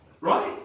Right